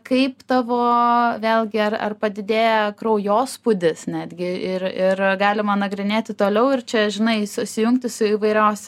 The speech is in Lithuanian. kaip tavo vėlgi ar ar padidėja kraujospūdis netgi ir ir galima nagrinėti toliau ir čia žinai susijungti su įvairios